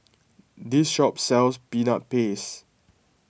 this shop sells Peanut Paste